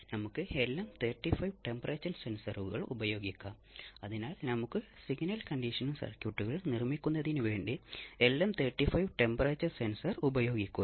non feedback ഓസിലേറ്ററുകൾ oscillation സൃഷ്ടിക്കുന്നതിന് negative resistance മേഖല ഉപയോഗിക്കുന്നു